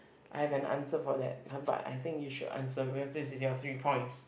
I have an answer for that but I think you should answer because this is your three points